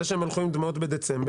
זה שהם הלכו עם דמעות בדצמבר,